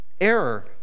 error